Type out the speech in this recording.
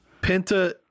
Penta